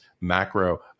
macro